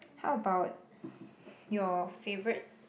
how about your favourite